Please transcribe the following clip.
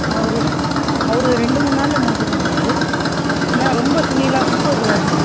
அவரு அவரு ரெண்டு மூணு நாளில் முடிக்கணுன்னாரு ஏன்னா ரொம்ப துணில்லாம் ரொம்ப இதுவாக இருக்குது